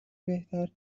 بهتر